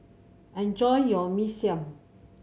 enjoy your Mee Siam